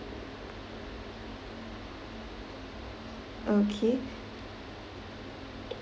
okay